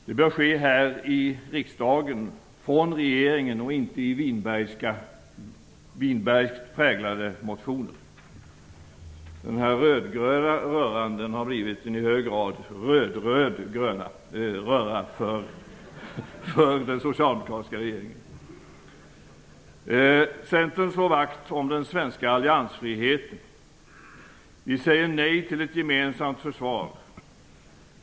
Det bör ske här i riksdagen av regeringen och inte i winbergskt präglade motioner. Den här rödgröna röran har blivit en i hög grad rödröd röra för den socialdemokratiska regeringen. Centern slår vakt om den svenska alliansfriheten. Vi säger nej till ett gemensamt försvar.